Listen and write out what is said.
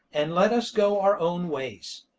and let us go our own ways.